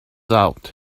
out